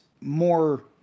more